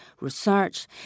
research